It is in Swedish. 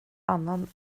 annan